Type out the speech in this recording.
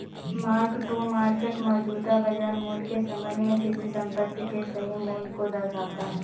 mark to market मौजूदा बाजार मूल्य के संबंध में किसी संपत्ति के सही मूल्य को दर्शाता है